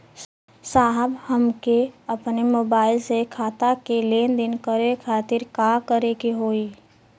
साहब हमके अपने मोबाइल से खाता के लेनदेन करे खातिर का करे के होई?